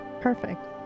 Perfect